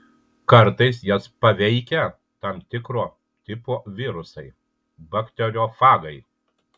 kartais jas paveikia tam tikro tipo virusai bakteriofagai